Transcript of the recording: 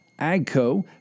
Agco